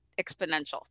exponential